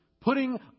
putting